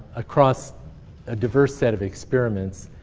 across a diverse set of experiments